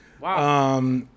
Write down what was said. Wow